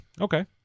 okay